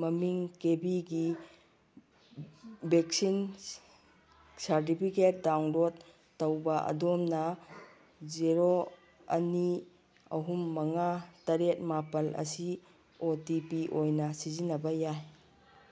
ꯃꯃꯤꯡ ꯀꯦꯕꯤꯒꯤ vaccine certificate download ꯇꯧꯕ ꯑꯗꯣꯝꯅ ꯖꯦꯔꯣ ꯑꯅꯤ ꯑꯍꯨꯝ ꯃꯉꯥ ꯇꯔꯦꯠ ꯃꯥꯄꯟ ꯑꯁꯤ ꯑꯣ ꯇꯤ ꯄꯤ ꯑꯣꯏꯅ ꯁꯤꯖꯤꯟꯅꯕ ꯌꯥꯏ